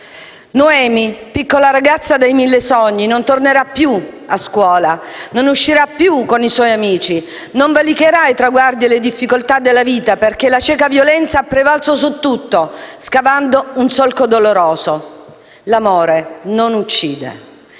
Noemi, piccola ragazza dai mille sogni, non tornerà più a scuola, non uscirà più con i suoi amici, non valicherà i traguardi e le difficoltà della vita, perché la cieca violenza ha prevalso su tutto, scavando un solco doloroso. L'amore non uccide.